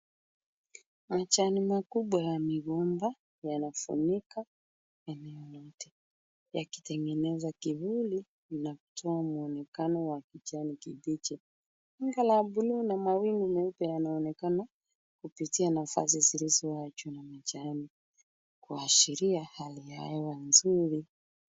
Majani makubwa ya migomba yanafunika yakitoa kivuli na kutoa mwonekano wa kijani kibichi. Wingu la linaonekana kupitia nafasi zilizoachwa na majani kuashiria hali ya hewa nzuri.